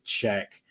check